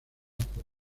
por